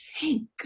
thank